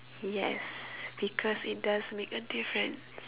yes because it does make a difference